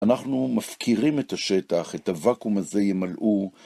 אנחנו מפקירים את השטח, את הוואקום הזה ימלאו.